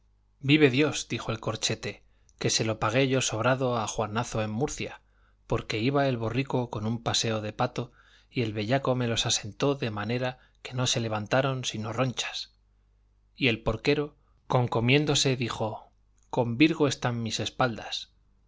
vive dios dijo el corchete que se lo pagué yo sobrado a juanazo en murcia porque iba el borrico con un paseo de pato y el bellaco me los asentó de manera que no se levantaron sino ronchas y el porquero concomiéndose dijo con virgo están mis espaldas